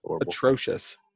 atrocious